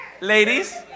Ladies